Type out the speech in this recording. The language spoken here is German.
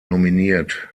nominiert